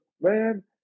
man